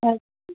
okay